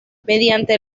mediante